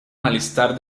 malestar